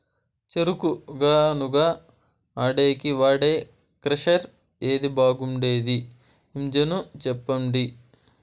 చెరుకు గానుగ ఆడేకి వాడే క్రషర్ ఏది బాగుండేది ఇంజను చెప్పండి?